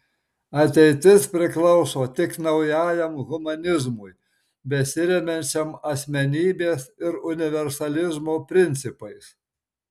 ateitis priklauso tik naujajam humanizmui besiremiančiam asmenybės ir universalizmo principais